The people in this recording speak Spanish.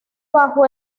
bajo